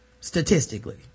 Statistically